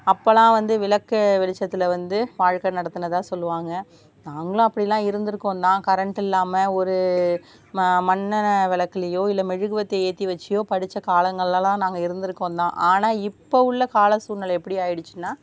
அப்போல்லாம் வந்து விளக்கு வெளிச்சத்தில் வந்து வாழ்க்கை நடத்தினதா சொல்வாங்க நாங்களும் அப்படிலாம் இருந்திருக்கோம் தான் கரண்ட்டு இல்லாமல் ஒரு மண்ணெண்ணை வெளக்குலேயோ இல்லை மெழுகுவர்த்தியை ஏற்றி வெச்சியோ படித்த காலங்களெல்லாம் நாங்கள் இருந்திருக்கோந்தான் ஆனால் இப்போது உள்ள கால சூழ்நிலை எப்படி ஆகிடுச்சினா